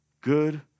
good